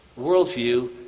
worldview